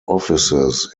offices